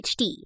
HD